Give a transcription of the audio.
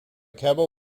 cabo